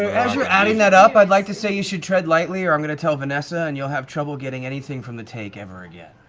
as you're adding that up, i'd like to say you should tread lightly or i'm going to tell vanessa and you'll have trouble getting anything from the take ever again.